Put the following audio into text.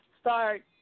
start